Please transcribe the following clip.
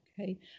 Okay